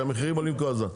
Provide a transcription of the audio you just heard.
שהמחירים עולים כל הזמן.